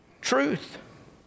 truth